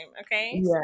okay